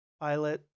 pilot